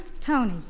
Tony